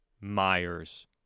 Myers